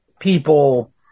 People